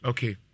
Okay